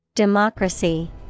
democracy